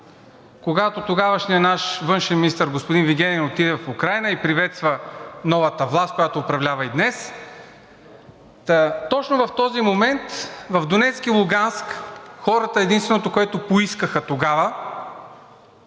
когато тогавашният наш външен министър господин Вигенин отиде в Украйна и приветства новата власт, която управлява и днес. Точно в този момент в Донецк и Луганск единственото, което хората поискаха тогава